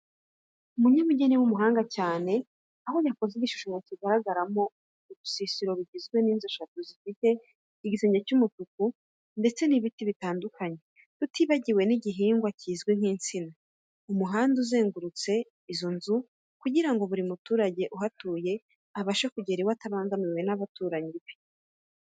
Umunyabugeni w'umuhanga cyane, aho yakoze igishushanyo kigaragaramo urusisiro rugizwe n'inzu eshatu zifite igisenge cy'umutuku ndetse n'ibiti bitandukanye, tutibagiwe n'igihingwa kizwi nk'insina. Umuhanda uzengurutse izo nzu kugira ngo buri muturage uhatuye abashe kugera iwe atabangamiye abaturanyi be.